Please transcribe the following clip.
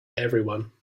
everyone